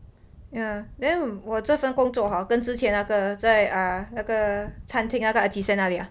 ya then 我这份工作 hor 跟之前那个在那个餐厅那个 Ajisen 那里 ah